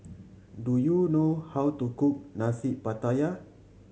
do you know how to cook Nasi Pattaya